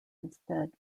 instead